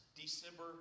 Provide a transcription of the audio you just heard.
December